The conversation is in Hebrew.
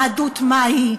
יהדות מהי,